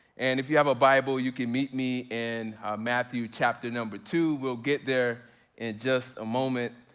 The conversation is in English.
and if you have a bible you can meet me in matthew chapter number two, we'll get there in just a moment.